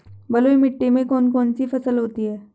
बलुई मिट्टी में कौन कौन सी फसल होती हैं?